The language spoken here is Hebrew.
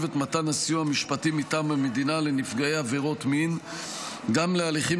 את מתן הסיוע המשפטי מטעם המדינה לנפגעי עבירות מין גם להליכים